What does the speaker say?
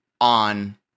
on